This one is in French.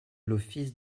l’office